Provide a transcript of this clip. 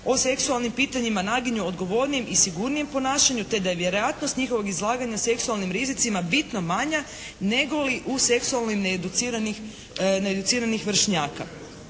o seksualnim pitanjima naginju odgovornijem i sigurnijem ponašanju te da je vjerojatnost njihovog izlaganja seksualnim rizicima bitno manja nego li u seksualnoj needuciranih vršnjaka.